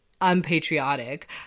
unpatriotic